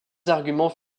arguments